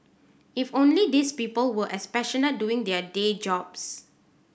if only these people were as passionate doing their day jobs